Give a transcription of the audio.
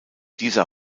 dieser